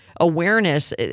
awareness